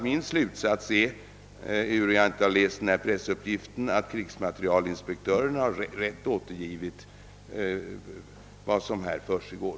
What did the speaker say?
Min slutsats är således — ehuru jag inte har läst denna pressuppgift — att krigsmaterielinspektören har rätt återgivit vad som försiggår.